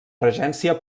regència